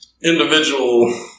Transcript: individual